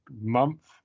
month